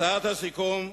הצעת סיכום,